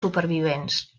supervivents